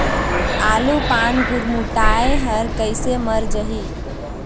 आलू पान गुरमुटाए हर कइसे मर जाही?